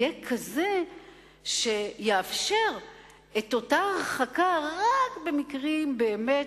יהיה כזה שיאפשר את אותה הרחקה רק במקרים באמת,